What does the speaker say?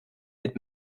mit